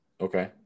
Okay